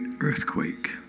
earthquake